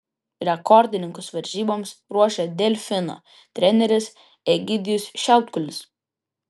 rekordininkus varžyboms ruošia delfino treneris egidijus šiautkulis